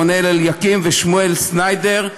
רונאל אלקיים ושמואל שניידר.